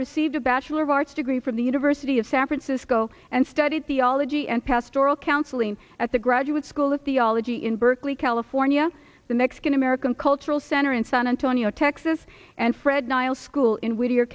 received a bachelor of arts degree from the university of san francisco and studied theology and pastoral counseling at the graduate school of theology in berkeley california the mexican american cultural center in san antonio texas and fred nile school in whittier